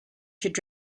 should